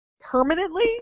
permanently